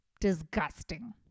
disgusting